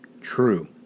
true